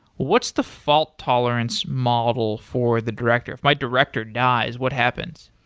what's the fault tolerance model for the director? if my director dies, what happens?